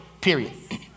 period